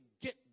get